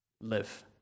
live